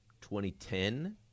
2010